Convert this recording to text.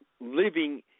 living